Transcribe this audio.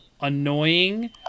annoying